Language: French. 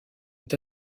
est